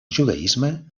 judaisme